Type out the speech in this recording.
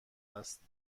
است